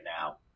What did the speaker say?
now